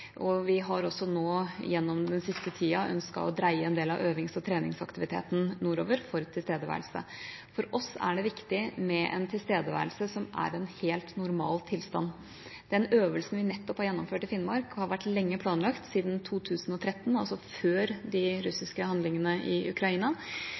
Vi har også gjennom den siste tida ønsket å dreie en del av øvings- og treningsaktiviteten nordover, for tilstedeværelse. For oss er det viktig med en tilstedeværelse, som er en helt normal tilstand. Den øvelsen vi nettopp har gjennomført i Finnmark, har vært planlagt lenge, siden 2013, altså før de russiske handlingene i Ukraina.